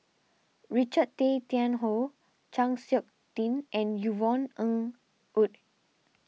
Richard Tay Tian Hoe Chng Seok Tin and Yvonne Ng Uhde